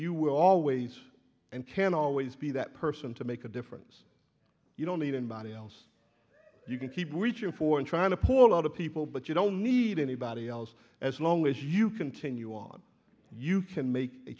you will always and can always be that person to make a difference you don't need anybody else you can keep reaching for and trying to pull out of people but you don't need anybody else as long as you continue on you can make a